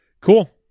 Cool